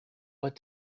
but